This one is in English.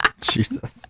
jesus